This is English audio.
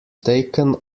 taken